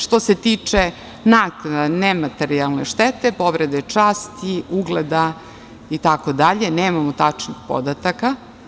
Što se tiče naknade nematerijalne štete, povrede časti, ugleda itd. nemamo tačnih podataka.